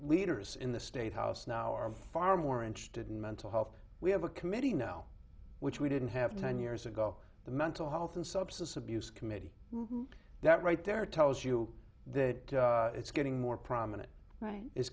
leaders in the state house now are far more interested in mental health we have a committee no which we didn't have time years ago the mental health and substance abuse committee that right there tells you that it's getting more prominent right i